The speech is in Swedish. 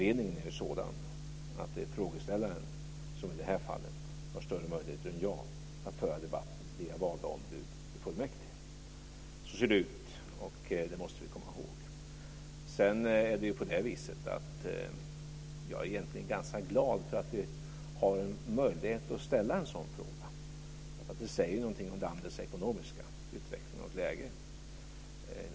Det är frågeställaren som i det här fallet har större möjligheter än jag att föra debatten via valda ombud i fullmäktige. Så ser det ut, och det måste vi komma ihåg. Jag är egentligen ganska glad att vi har möjlighet att ställa en sådan fråga. Det säger någonting som landets ekonomiska utveckling och läge.